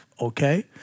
okay